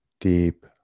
deep